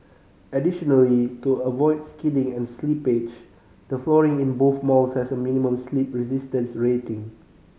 additionally to avoid skidding and slippage the flooring in both malls has a minimum slip resistance rating